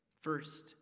First